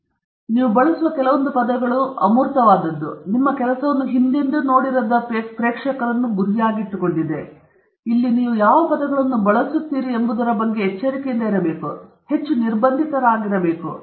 ಆದ್ದರಿಂದ ನೀವು ಬಳಸುವ ಕೆಲವೊಂದು ಪದಗಳು ಅಮೂರ್ತವಾದದ್ದು ನಿಮ್ಮ ಕೆಲಸವನ್ನು ಹಿಂದೆಂದೂ ನೋಡಿರದ ಪ್ರೇಕ್ಷಕರನ್ನು ಗುರಿಯಾಗಿಟ್ಟುಕೊಂಡಿದೆನೀವು ಇಲ್ಲಿ ಯಾವ ಪದಗಳನ್ನು ಬಳಸುತ್ತೀರಿ ಎಂಬುದರ ಬಗ್ಗೆ ಎಚ್ಚರಿಕೆಯಿಂದ ಇರಬೇಕು ಮತ್ತು ಸ್ವಲ್ಪ ಹೆಚ್ಚು ನಿರ್ಬಂಧಿತರಾಗಿರಬೇಕು